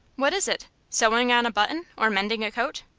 what is it sewing on a button, or mending a coat?